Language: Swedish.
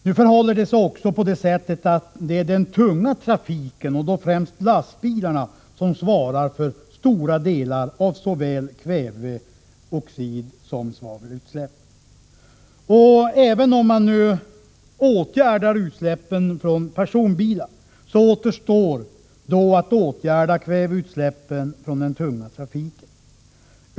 Nu förhåller det sig också på det sättet att det är den tunga trafiken, och då främst lastbilarna, som svarar för stora delar av såväl kväveoxidsom svavelutsläpp. Även om man nu åtgärdar utsläppen från personbilar återstår då att åtgärda kväveutsläppen från den tunga trafiken.